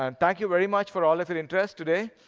and thank you very much for all of your interest today.